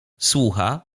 słucha